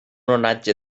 onatge